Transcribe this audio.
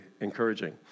encouraging